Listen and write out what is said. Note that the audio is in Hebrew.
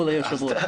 כבוד היושב-ראש.